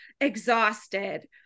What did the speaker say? exhausted